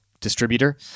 distributor